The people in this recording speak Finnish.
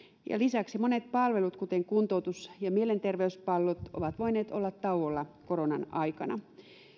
ja lisäksi monet palvelut kuten kuntoutus ja mielenterveyspalvelut ovat voineet olla tauolla koronan aikana